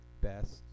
best